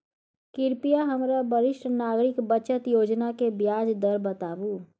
कृपया हमरा वरिष्ठ नागरिक बचत योजना के ब्याज दर बताबू